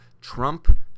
trump